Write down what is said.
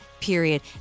period